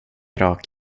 rak